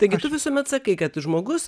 taigi tu visuomet sakai kad žmogus